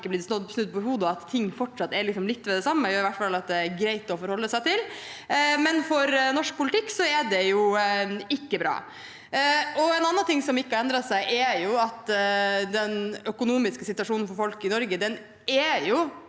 at ting fortsatt er litt ved det samme. Det er i hvert fall greit å forholde seg til, men for norsk politikk er det jo ikke bra. En annen ting som ikke har endret seg, er at den økonomiske situasjonen for folk i Norge er